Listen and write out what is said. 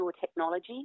technology